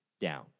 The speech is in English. down